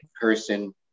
person